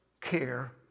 care